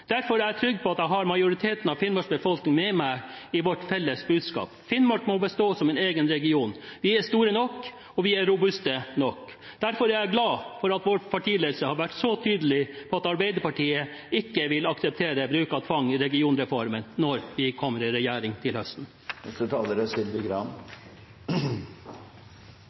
Derfor er jeg trygg på at jeg har majoriteten av Finnmarks befolkning med meg i vårt felles budskap: Finnmark må bestå som egen region. Vi er store nok, og vi er robuste nok. Derfor er jeg glad for at vår partiledelse har vært så tydelig på at Arbeiderpartiet ikke vil akseptere bruk av tvang i regionreformen når vi kommer i regjering til høsten.